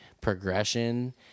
progression